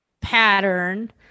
pattern